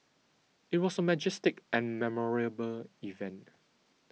it was a majestic and memorable event